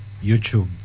YouTube